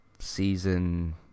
Season